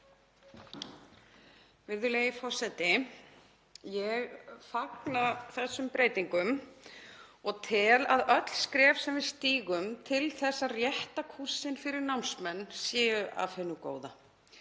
Virðulegi forseti. Ég fagna þessum breytingum og tel að öll skref sem við stígum til að rétta kúrsinn fyrir námsmenn séu af hinu góða.